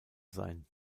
sein